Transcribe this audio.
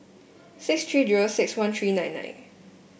six three zero six one three nine nine